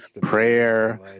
prayer